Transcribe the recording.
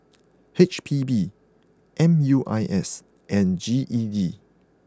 H P B M U I S and G E D